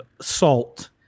salt